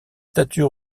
statues